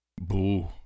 Boo